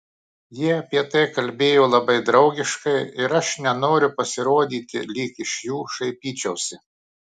jie apie tai kalbėjo labai draugiškai ir aš nenoriu pasirodyti lyg iš jų šaipyčiausi